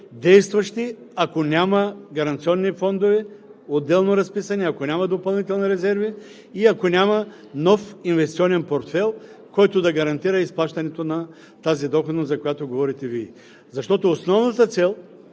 действащи, ако няма гаранционни фондове отделно разписани, ако няма допълнителни резерви и ако няма нов инвестиционен портфейл, който да гарантира изплащането на тази доходност, за която Вие говорите. Основната цел